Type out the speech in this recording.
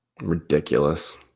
Ridiculous